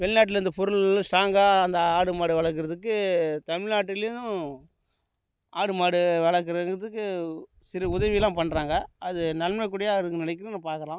வெளிநாட்டில் இந்த பொருள்லாம் ஸ்ட்ராங்காக இந்த ஆடு மாடு வளக்கிறதுக்கு தமிழ்நாட்டுலேயும் ஆடு மாடு வளக்கிறதுக்கு சிறு உதவிகள்லாம் பண்ணுறாங்க அது நன்மைக்கூடியா இருக்கும் நிலைக்கும் பாக்கிறோம்